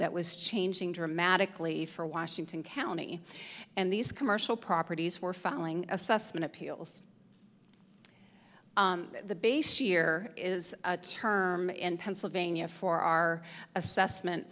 that was changing dramatically for washington county and these commercial properties were falling assessment appeals the base year is a term in pennsylvania for our assessment